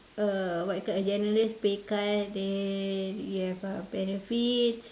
a what you call a generous pay cut then you have uh benefits